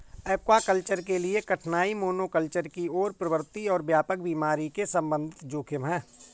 aquaculture के लिए कठिनाई मोनोकल्चर की ओर प्रवृत्ति और व्यापक बीमारी के संबंधित जोखिम है